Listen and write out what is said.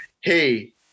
Hey